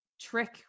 trick